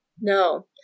No